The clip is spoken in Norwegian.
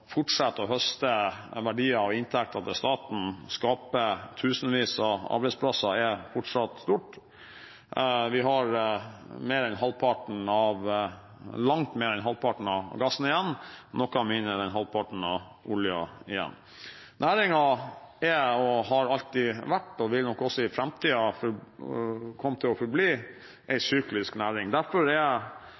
fortsette å høste verdier og inntekter til staten og skape tusenvis av arbeidsplasser er fortsatt stort. Vi har langt mer enn halvparten av gassen igjen og noe mindre enn halvparten av oljen igjen. Næringen har alltid vært, er og vil nok også i framtiden komme til å forbli en syklisk næring. Derfor er